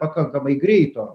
pakankamai greito